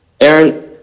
Aaron